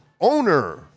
owner